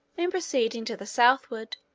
in proceeding to the southward,